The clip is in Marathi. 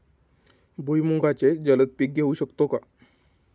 भुईमुगाचे जलद पीक घेऊ शकतो का?